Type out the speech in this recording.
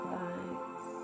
lights